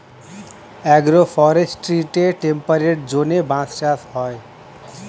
agro ফরেস্ট্রিতে temperate জোনে বাঁশ চাষ হয়